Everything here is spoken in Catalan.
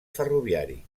ferroviari